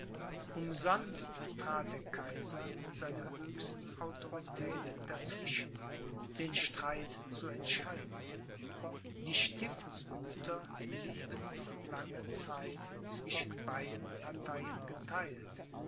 umsonst trat der kaiser mit seiner höchsten autorität dazwischen den streit zu entscheiden die stiftsgüter blieben noch lange zeit zwischen beiden parteien getheilt